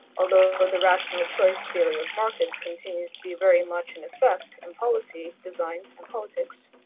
although the rational choice theory of markets continues to be a very much in effect in policy design, and politics,